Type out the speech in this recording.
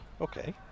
Okay